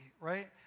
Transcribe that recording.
right